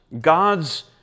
God's